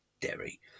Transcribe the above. Derry